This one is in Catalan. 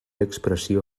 expressió